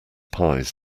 pies